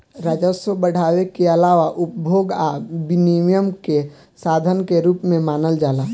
राजस्व बढ़ावे के आलावा उपभोग आ विनियम के साधन के रूप में मानल जाला